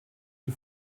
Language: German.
die